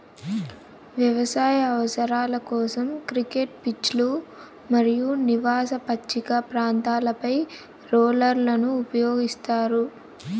వ్యవసాయ అవసరాల కోసం, క్రికెట్ పిచ్లు మరియు నివాస పచ్చిక ప్రాంతాలపై రోలర్లను ఉపయోగిస్తారు